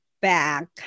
back